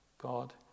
God